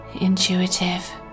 intuitive